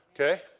Okay